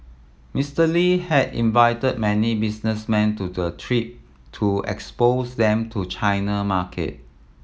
Mister Lee had invited many businessmen to the trip to expose them to China market